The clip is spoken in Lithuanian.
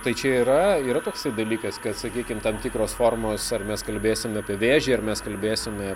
tai čia yra yra toksai dalykas kad sakykim tam tikros formos ar mes kalbėsim apie vėžį ar mes kalbėsime